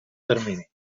termini